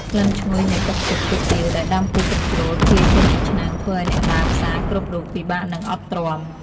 ក្លិនឈ្ងុយនៃទឹកស៊ុបគុយទាវដែលដាំពុះកញ្ជ្រោលភាយចេញពីឆ្នាំងធ្វើឱ្យអ្នកដើរផ្សារគ្រប់រូបពិបាកនឹងអត់ទ្រាំ។